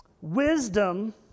Wisdom